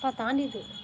அப்பா தாண்டிட்டு